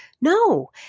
no